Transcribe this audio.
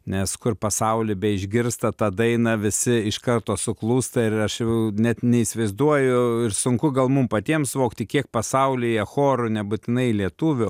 nes kur pasauly beišgirsta tą dainą visi iš karto suklūsta ir aš jau net neįsivaizduoju ir sunku gal mum patiem suvokti kiek pasaulyje chorų nebūtinai lietuvių